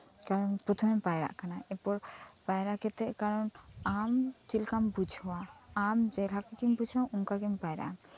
ᱯᱨᱚᱛᱷᱚᱢ ᱮᱢ ᱯᱟᱭᱨᱟᱜ ᱠᱟᱱᱟ ᱮᱨᱯᱚᱨ ᱯᱟᱭᱨᱟ ᱠᱟᱛᱮᱫ ᱟᱢ ᱪᱮᱠᱟᱢ ᱵᱩᱡᱷᱟᱣᱟ ᱡᱮ ᱟᱢ ᱪᱮᱫ ᱞᱟᱠᱟ ᱠᱟᱛᱮᱢ ᱵᱩᱡᱷᱟᱹᱣᱟ ᱚᱱᱠᱟᱜᱮᱢ ᱯᱟᱭᱨᱟᱜᱼᱟ